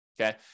okay